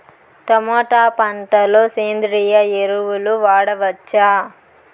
Tomato పంట లో సేంద్రియ ఎరువులు వాడవచ్చా?